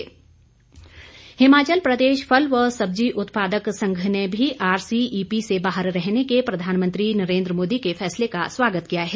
फल उत्पादक हिमाचल प्रदेश फल व सब्जी उत्पादक संघ ने भी आरसीईपी से बाहर रहने के प्रधानमंत्री नरेंद्र मोदी के फैसले का स्वागत किया है